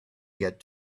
get